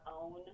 own